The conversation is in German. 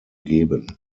geben